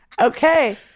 Okay